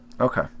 Okay